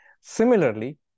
Similarly